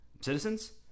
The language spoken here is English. citizens